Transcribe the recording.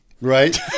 right